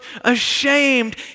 ashamed